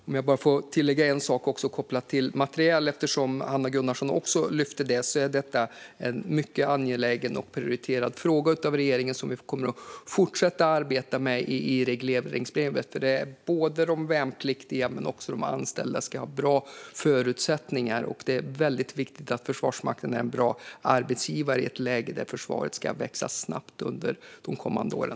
Låt mig också tillägga en sak kopplat till materiel, eftersom Hanna Gunnarsson lyfte också detta. Det är en mycket angelägen och prioriterad fråga för oss i regeringen som vi kommer att fortsätta att arbeta med i regleringsbrevet. Både de värnpliktiga och de anställda ska ha bra förutsättningar, och det är väldigt viktigt att Försvarsmakten är en bra arbetsgivare i ett läge där försvaret ska växa snabbt under de kommande åren.